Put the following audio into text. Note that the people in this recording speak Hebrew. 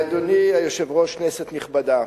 אדוני היושב-ראש, כנסת נכבדה,